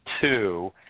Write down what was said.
two